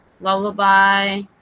Lullaby